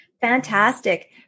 Fantastic